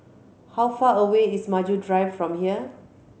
how far away is Maju Drive from here